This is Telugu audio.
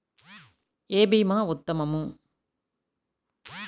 ఏ భీమా ఉత్తమము?